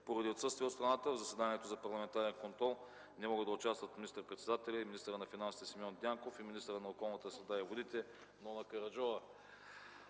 Поради отсъствие от страната в заседанието за парламентарен контрол не могат да присъстват заместник министър-председателят и министър на финансите Симеон Дянков и министърът на околната среда и водите Нона Караджова.